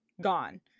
gone